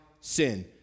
sin